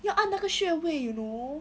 要按那个穴位 you know